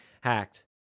hacked